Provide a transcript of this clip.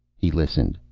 he listened.